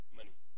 money